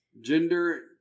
gender